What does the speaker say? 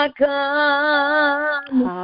come